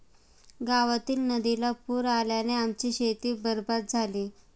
गावातील नदीला पूर आल्याने आमची शेती बरबाद झाली